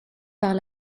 par